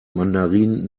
mandarinen